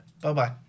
Bye-bye